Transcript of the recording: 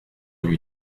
lui